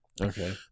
Okay